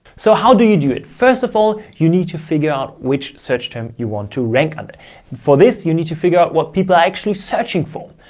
so how do you do it? first of all, you need to figure out which search term you want to rank and for this. you need to figure out what people are actually searching for.